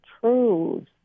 true